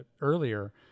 earlier